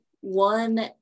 one